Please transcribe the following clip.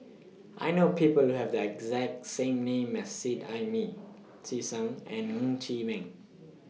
I know People Who Have The exact same name as Seet Ai Mee Tisa Ng and Ng Chee Meng